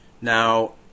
Now